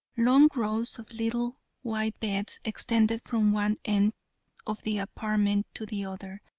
long rows of little white beds extended from one end of the apartment to the other,